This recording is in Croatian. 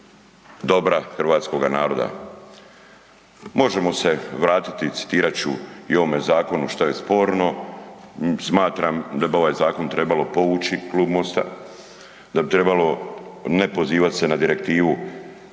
dobra hrvatskoga naroda. Možemo se vratiti, citirat ću i ovome zakonu šta je sporno, smatram da bi ovaj zakon trebalo povući, klub Mosta, da bi trebalo ne pozivat se na direktivu